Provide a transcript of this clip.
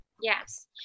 Yes